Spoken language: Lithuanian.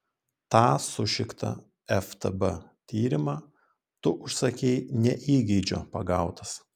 tą sušiktą ftb tyrimą tu užsakei ne įgeidžio pagautas